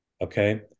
Okay